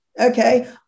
okay